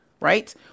right